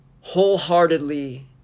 wholeheartedly